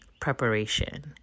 preparation